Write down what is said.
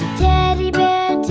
teddy bear,